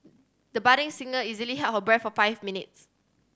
the budding singer easily held her breath for five minutes